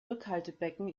rückhaltebecken